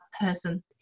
person